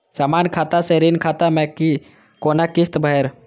समान खाता से ऋण खाता मैं कोना किस्त भैर?